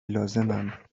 لازمم